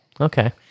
Okay